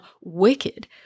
wicked